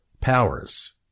powers